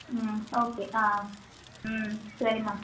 ம் ஓகே ஆ ம் சரிம்மா